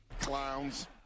Clowns